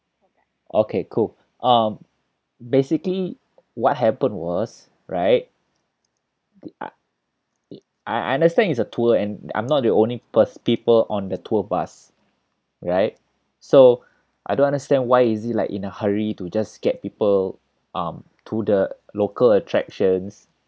okay cool um basically what happened was right I I understand it's a tour and I'm not the only pers~ people on the tour bus right so I don't understand why is he like in a hurry to just get people um to the local attractions